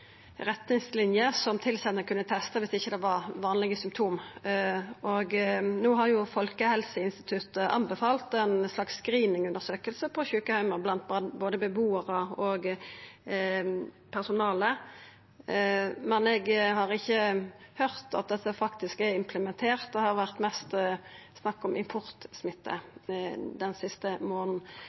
kunne testa viss det ikkje var vanlege symptom. No har Folkehelseinstituttet anbefalt ei slags screening-undersøking på sjukeheimar blant både bebuarar og personale, men eg har ikkje høyrt at dette faktisk er implementert. Det har vore mest snakk om importsmitte den siste månaden.